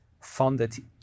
funded